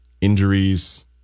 Injuries